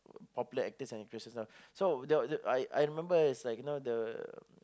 popular actor and actress so there I I remember it's like you know the